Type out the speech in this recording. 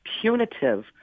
punitive